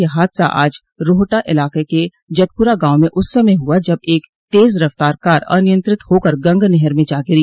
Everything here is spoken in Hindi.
यह हादसा आज रोहटा इलाके के जटपुरा गांव म उस समय हुआ जब एक तेज रफ्तार कार अनियंत्रित होकर गंग नहर में जा गिरी